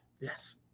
yes